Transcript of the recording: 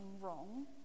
wrong